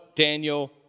Daniel